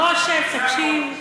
טוב, בוא שב, תקשיב.